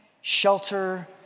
shelter